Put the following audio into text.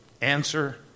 Answer